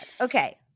Okay